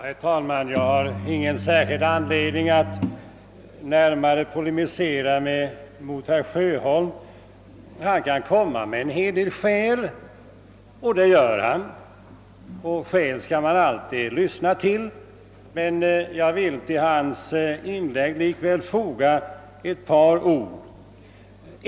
Herr talman! Jag har ingen särskild anledning att polemisera mot herr Sjöholm. Han kan komma med en hel del skäl — och det gör han — och skäl skall man alltid lyssna till. Men jag vill till hans inlägg likväl foga ett par ord.